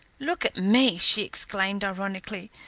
look at me! she exclaimed ironically.